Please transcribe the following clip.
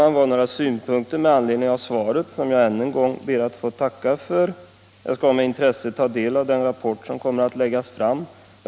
Detta var några synpunkter med anledning av svaret, som jag än en gång ber att få tacka för. Jag skall med intresse ta del av den rapport som kommer att läggas fram.